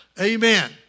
amen